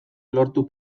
lortu